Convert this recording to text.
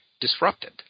disrupted